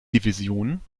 division